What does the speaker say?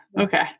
Okay